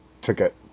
ticket